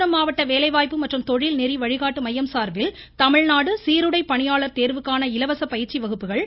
காஞ்சிபுரம் மாவட்ட வேலைவாய்ப்பு மற்றும் தொழில்நெறி வழிகாட்டு மையம் சார்பில் தமிழ்நாடு சீருடை பணியாளர் தேர்வுக்கான இலவச பயிற்சி வகுப்புகள் உள்ளதாக திரு